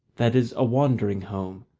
that is a wandering home,